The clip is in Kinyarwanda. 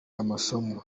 amasomo